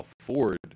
afford